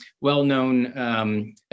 well-known